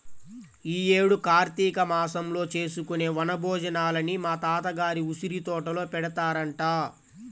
యీ యేడు కార్తీక మాసంలో చేసుకునే వన భోజనాలని మా తాత గారి ఉసిరితోటలో పెడతారంట